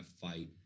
fight